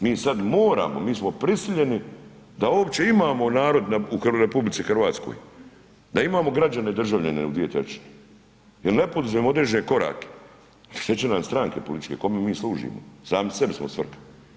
Mi sad moramo mi smo prisiljeni da uopće imamo narod u RH, da imamo građane državljane u 2/3, jer ne poduzmemo određene korake što će nam stranke političke, kome mi služimo, sami sebi smo svrha.